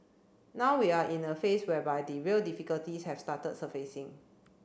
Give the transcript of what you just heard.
now we are in a phase whereby the real difficulties have started surfacing